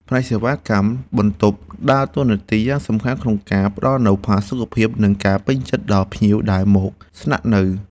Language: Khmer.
ផ្នែកសេវាកម្មបន្ទប់ដើរតួនាទីយ៉ាងសំខាន់ក្នុងការផ្តល់នូវផាសុកភាព និងការពេញចិត្តដល់ភ្ញៀវដែលមកស្នាក់នៅ។